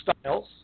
Styles